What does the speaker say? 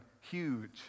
huge